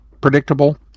predictable